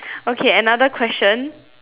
okay another question